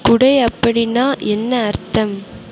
குடை அப்படின்னா என்ன அர்த்தம்